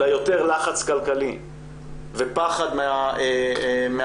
אלא יותר לחץ כלכלי ופחד מהמצב,